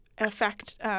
affect